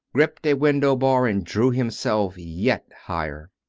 gripped a window-bar and drew himself yet higher.